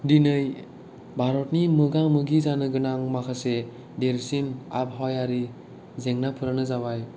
दिनै भारतनि मोगा मोगि जानो गोनां माखासे देरसिन आबहावायारि जेंनाफोरानो जाबाय